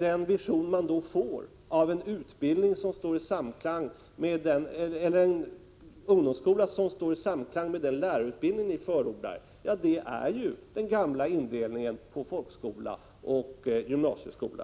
Den vision man då får av den ungdomsskola som står i samklang med den lärarutbildning ni förordar är den gamla indelningen i folkskola och gymnasieskola.